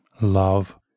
love